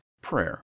Prayer